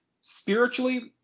spiritually